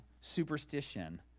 Superstition